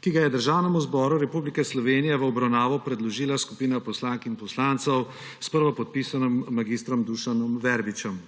ki ga je Državnemu zboru Republike Slovenije v obravnavo predložila skupina poslank in poslancev s prvopodpisanim mag. Dušanom Verbičem.